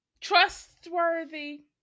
trustworthy